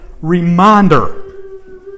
Reminder